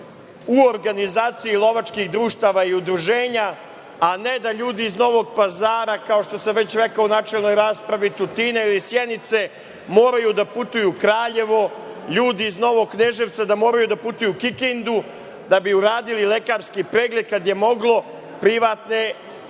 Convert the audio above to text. u organizaciji lovačkih društava i udruženja, a ne da ljudi iz Novog Pazara, kao što sam već rekao u načelnoj raspravi, Tutina ili Sjenice moraju da putuju u Kraljevo, ljudi iz Novog Kneževca da moraju da putuju u Kikindu da bi uradili lekarski pregled, kad su privatne